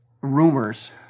rumors